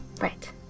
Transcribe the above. Right